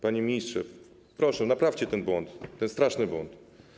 Panie ministrze, proszę, naprawcie ten błąd, ten straszny błąd.